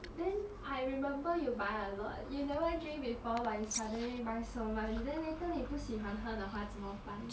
then I remember you buy a lot you never drink before but you suddenly buy so much then later 你不喜欢喝的话怎么办